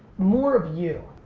more of you.